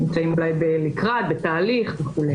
נמצאים אולי לקראת, בתהליך וכו'.